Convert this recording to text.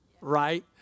Right